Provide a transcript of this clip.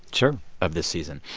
sure. of this season.